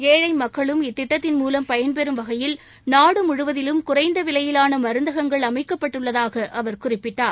ஏழை மக்களும் இத்திட்டத்தின் மூலம் பயன்பெறும் வகையில் நாடு முழுவதிலும் குறைந்த விலையிவான மருந்தகங்கள் அமைக்கப்பட்டுள்ளதாக அவர் குறிப்பிட்டார்